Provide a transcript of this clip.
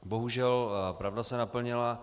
Bohužel pravda se naplnila.